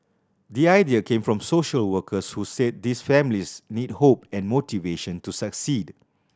the idea came from social workers who said these families need hope and motivation to succeed